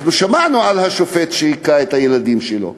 אנחנו שמענו על השופט שהכה את הילדים שלו.